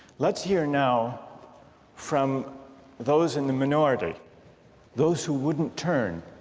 let's hear now from those in the minority those who wouldn't turn.